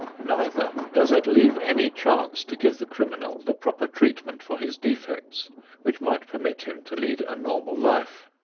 neither does it leave any chance to give the criminal the proper treatment for his defects which might permit him to lead a normal life.